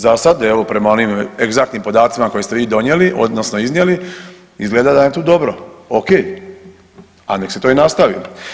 Za sada evo prema onim egzaktnim podacima koje ste vi donijeli odnosno iznijeli izgleda da nam je tu dobro, ok, a nek se to i nastavi.